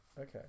Okay